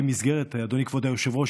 אדוני כבוד היושב-ראש,